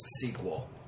sequel